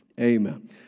Amen